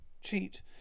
cheat